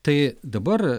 tai dabar